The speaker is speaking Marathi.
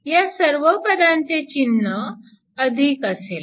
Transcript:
या सर्व पदांचे चिन्ह असेल